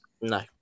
No